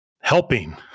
helping